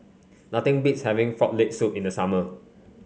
nothing beats having Frog Leg Soup in the summer